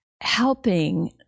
helping